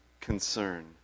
concern